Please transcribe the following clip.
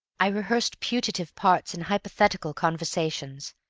i rehearsed putative parts in hypothetical conversations.